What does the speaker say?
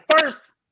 first